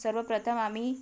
सर्वप्रथम आम्ही